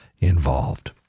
involved